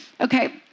okay